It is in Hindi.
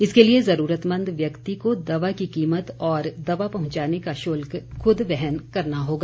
इसके लिए ज़रूरतमंद व्यक्ति को दवा की कीमत और दवा पहुंचाने का शुल्क खुद वहन करना होगा